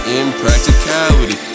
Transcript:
impracticality